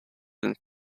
than